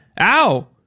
Ow